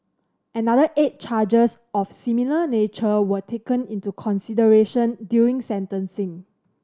another eight charges of a similar nature were taken into consideration during sentencing